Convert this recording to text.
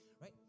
right